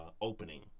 opening